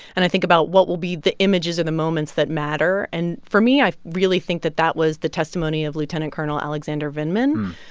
and i think about what will be the images and the moments that matter and for me, i really think that that was the testimony of lt. and col. alexander vindman,